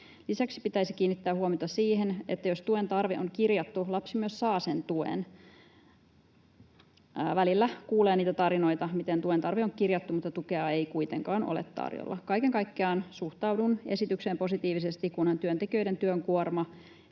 Lisäksi pitäisi kiinnittää huomiota siihen, että jos tuen tarve on kirjattu, niin lapsi myös saa sen tuen. Välillä kuulee niitä tarinoita, miten tuen tarve on kirjattu mutta tukea ei kuitenkaan ole tarjolla. Kaiken kaikkiaan suhtaudun esitykseen positiivisesti, kunhan työntekijöiden työn kuorma